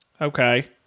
Okay